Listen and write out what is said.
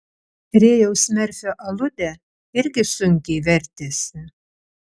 rėjaus merfio aludė irgi sunkiai vertėsi